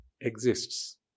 exists